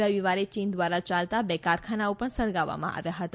રવિવારે ચીન દવારા ચાલતા બે કારખાનાંઓ પણ સળગાવવામાં આવ્યા હતા